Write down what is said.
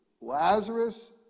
Lazarus